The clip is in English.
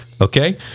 Okay